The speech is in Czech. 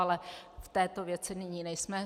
Ale v této věci nyní nejsme.